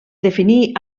definir